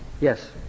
Yes